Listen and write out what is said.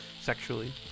sexually